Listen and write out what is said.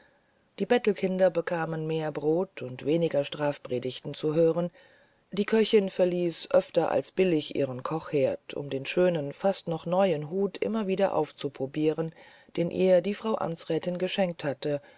die bettelkinder bekamen mehr brot und weniger strafpredigten als gewöhnlich die köchin verließ öfter als billig ihren kochherd um den schönen fast noch neuen hut immer wieder aufzuprobieren den ihr die frau amtsrätin geschenkt hatte